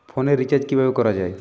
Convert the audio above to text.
ফোনের রিচার্জ কিভাবে করা যায়?